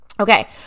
Okay